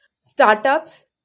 startups